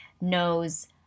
knows